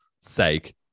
sake